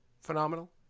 phenomenal